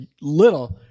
little